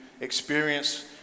experience